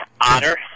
Otter